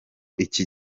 iki